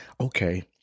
okay